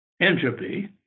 entropy